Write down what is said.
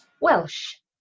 Welsh